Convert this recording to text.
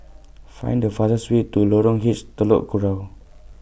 Find The fastest Way to Lorong H Telok Kurau